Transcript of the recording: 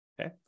Okay